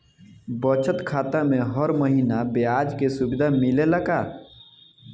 बचत खाता में हर महिना ब्याज के सुविधा मिलेला का?